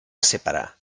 separar